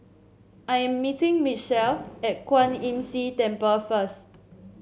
I am meeting Mitchell at Kwan Imm See Temple first